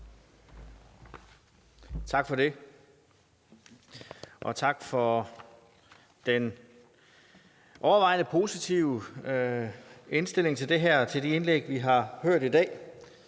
Tak for det, og tak for den overvejende positive indstilling til det her i de indlæg, vi har hørt i dag.